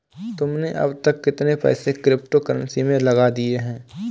तुमने अब तक कितने पैसे क्रिप्टो कर्नसी में लगा दिए हैं?